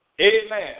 Amen